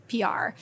PR